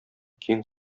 киң